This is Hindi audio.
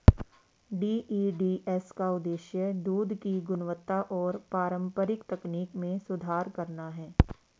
डी.ई.डी.एस का उद्देश्य दूध की गुणवत्ता और पारंपरिक तकनीक में सुधार करना है